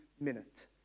minute